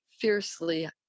fiercely